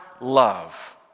love